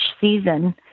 season—